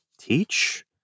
teach